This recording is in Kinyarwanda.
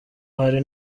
hari